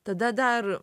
tada dar